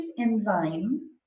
enzyme